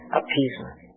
appeasement